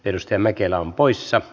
ennuste mäkelä on poissa